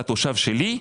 אתה תושב שלי,